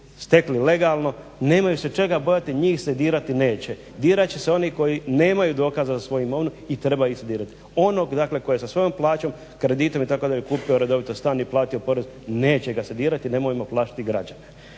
stekli legalno nemaju se čega bojati, njih se dirati neće. Dirat će se oni koji nemaju dokaza za svoju imovinu i treba ih se dirati. Onog dakle koji je sa svojom plaćom, kreditom itd. kupio redovito stan i platio porez neće ga se dirati i nemojmo plašiti građane.